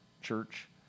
church